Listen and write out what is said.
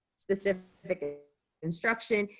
specific ah instruction.